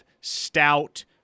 stout